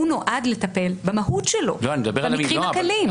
הוא נועד לטפל במהות שלו במקרים הקלים.